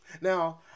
Now